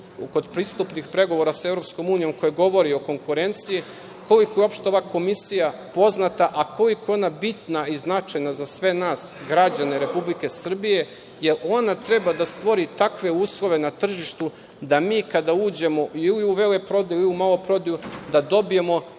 kod pristupnih pregovora sa EU, koje govori o konkurenciji, koliko je uopšte ova Komisija poznata, a koliko je ona bitna i značajna za sve nas građane Republike Srbije, jer ona treba da stvori takve uslove na tržištu da mi kada uđemo i u veleprodaju i u maloprodaju, da dobijemo